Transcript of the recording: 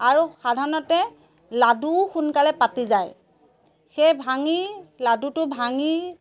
আৰু সাধাৰণতে লাডুও সোনকালে পাতি যায় সেই ভাঙি লাডুটো ভাঙি